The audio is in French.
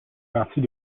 partie